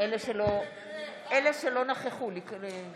ההצעה שלכם נופלת פה אחד.